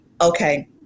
Okay